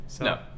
No